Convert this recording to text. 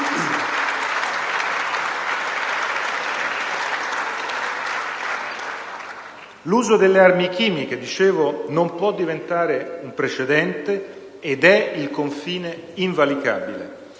L'uso delle armi chimiche, dicevo, non può diventare un precedente ed è il confine invalicabile;